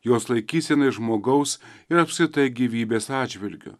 jos laikysenai žmogaus ir apskritai gyvybės atžvilgiu